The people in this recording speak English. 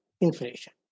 inflation